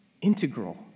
integral